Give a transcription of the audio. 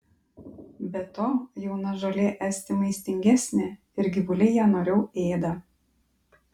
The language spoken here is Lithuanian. be to jauna žolė esti maistingesnė ir gyvuliai ją noriau ėda